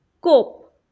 cope